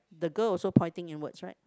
the girl also pointing inwards right